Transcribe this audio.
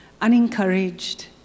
unencouraged